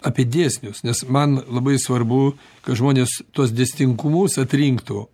apie dėsnius nes man labai svarbu kad žmonės tuos dėsningumus atrinktų